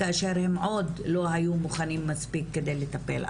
כאשר הם עוד לא מוכנים מספיק כדי לטפל.